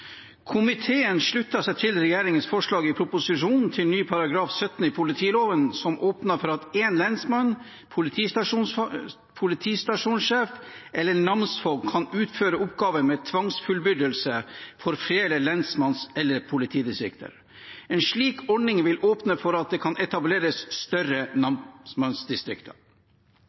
Komiteen slutter seg til regjeringens forslag i proposisjonen til ny § 17 i politiloven som åpner for at én lensmann, politistasjonssjef eller namsfogd kan utføre oppgavene med tvangsfullbyrdelse for flere lensmanns- eller politidistrikter. En slik ordning vil åpne for at det kan etableres større namsmannsdistrikter.